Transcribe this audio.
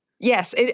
Yes